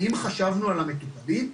האם חשבנו על המטופלים?